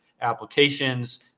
applications